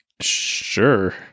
Sure